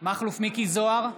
מכלוף מיקי זוהר,